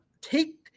Take